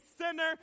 sinner